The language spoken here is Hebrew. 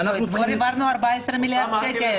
אתמול דיברנו על 14 מיליארד שקל.